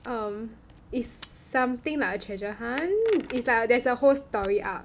um is something like a treasure hunt is like there's a whole story arc